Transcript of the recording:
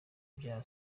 bya